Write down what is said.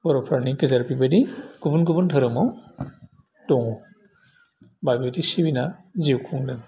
बर'फोरनि गेजेराव बेबायदि गुबुन गुबुन धोरोमाव दङ बा बिदि सिबाना जिउ खुंदों